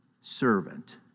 servant